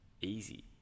easy